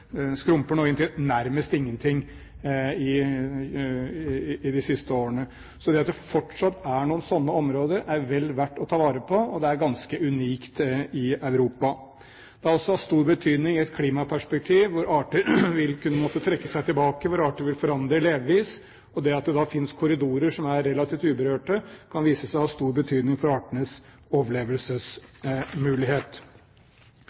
er nå skrumpet inn til nærmest ingenting i de siste årene. Så det er fortsatt noen sånne områder, og de er vel verdt å ta vare på, for det er ganske unikt i Europa. Det har også stor betydning i et klimaperspektiv hvor arter vil kunne måtte trekke seg tilbake, hvor arter vil forandre levevis. Det at det da finnes korridorer som er relativt uberørte, kan vise seg å ha stor betydning for artenes